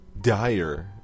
dire